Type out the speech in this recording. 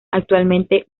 actualmente